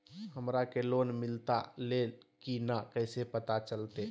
हमरा के लोन मिलता ले की न कैसे पता चलते?